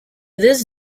this